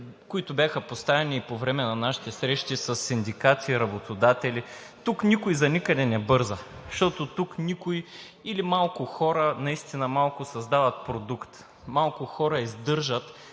които бяха поставени по време на нашите срещи със синдикати и работодатели. Тук никой за никъде не бърза, защото тук никой или малко хора, наистина малко, създават продукт, малко хора издържат